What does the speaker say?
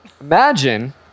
Imagine